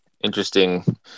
interesting